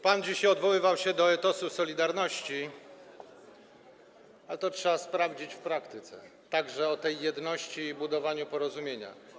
Pan dzisiaj odwoływał się do etosu „Solidarności”, ale to trzeba sprawdzić w praktyce, a także do tej jedności i budowania porozumienia.